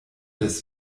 des